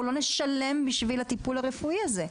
לא נשלם בשביל הטיפול הרפואי הזה,